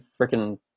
freaking